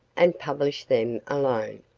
and publish them alone.